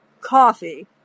coffee